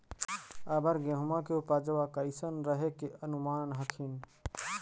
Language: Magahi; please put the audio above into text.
अबर गेहुमा के उपजबा कैसन रहे के अनुमान हखिन?